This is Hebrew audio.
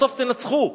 בסוף תנצחו,